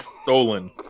Stolen